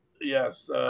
Yes